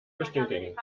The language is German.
bestätigen